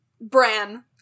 Bran